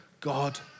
God